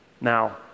Now